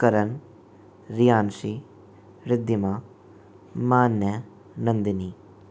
Karan Riyanshi Riddhima Manya Nandini